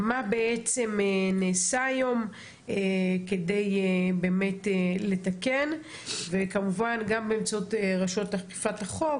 מה בעצם נעשה היום כדי באמת לתקן וכמובן גם באמצעות רשויות אכיפת החוק,